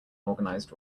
organized